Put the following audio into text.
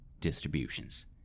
distributions